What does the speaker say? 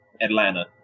atlanta